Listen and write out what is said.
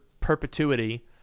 perpetuity